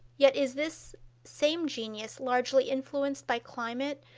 yet is this same genius largely influenced by climate,